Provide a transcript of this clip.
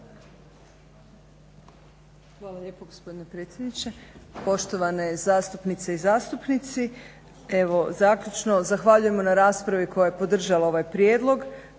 Hvala lijepo gospodine predsjedniče, poštovane zastupnice i zastupnici. Evo zaključno zahvaljujemo na raspravi koja je podržala ovaj prijedlog.